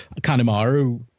Kanemaru